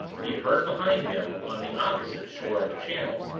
he heard behind him, on the opposite shore of the channel,